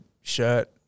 shirt